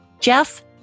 Jeff